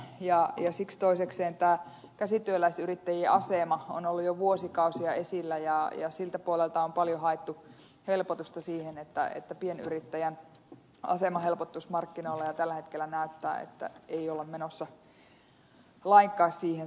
ja siksi toisekseen tämä käsityöläisyrittäjien asema on ollut jo vuosikausia esillä ja siltä puolelta on paljon haettu helpotusta siihen että pienyrittäjän asema helpottuisi markkinoilla ja tällä hetkellä näyttää että ei olla menossa lainkaan siihen suuntaan